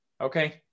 okay